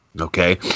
okay